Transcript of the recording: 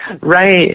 Right